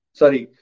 sorry